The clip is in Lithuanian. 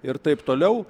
ir taip toliau